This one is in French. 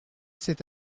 c’est